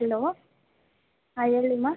hello ಹಾಂ ಹೇಳಿ ಮಾ